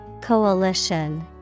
Coalition